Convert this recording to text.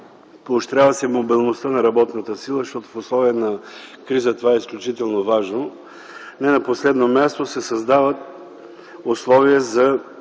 поощрява се мобилността на работната сила, защото в условия на криза това е изключително важно. Не на последно място, създават се условия за